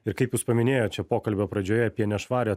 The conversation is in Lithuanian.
ir kaip jūs paminėjot čia pokalbio pradžioje apie nešvarią